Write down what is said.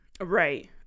Right